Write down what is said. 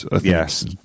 Yes